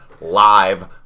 live